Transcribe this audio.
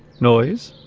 noise